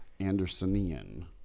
Andersonian